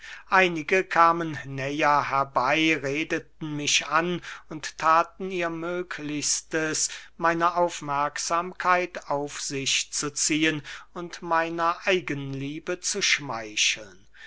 einige kamen näher herbey redeten mich an und thaten ihr möglichstes meine aufmerksamkeit auf sich zu ziehen und meiner eigenliebe zu schmeicheln